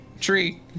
Tree